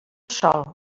sol